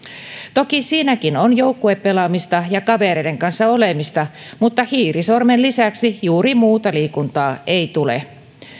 toki siinäkin on joukkuepelaamista ja kavereiden kanssa olemista mutta hiirisormen lisäksi juuri muuta liikuntaa ei tule